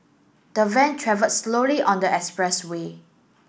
the van travelled slowly on the express way